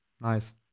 Nice